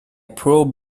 pro